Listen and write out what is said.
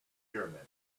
pyramids